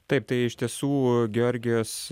taip tai iš tiesų georgijaus